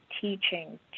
teaching